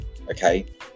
okay